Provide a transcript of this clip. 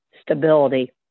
stability